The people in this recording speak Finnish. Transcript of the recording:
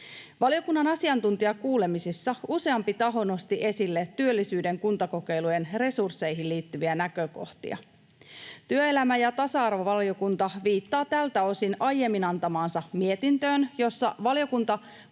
Valiokunnan asiantuntijakuulemisissa useampi taho nosti esille työllisyyden kuntakokeilujen resursseihin liittyviä näkökohtia. Työelämä- ja tasa-arvovaliokunta viittaa tältä osin aiemmin antamaansa mietintöön, jossa valiokunta